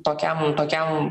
tokiam tokiam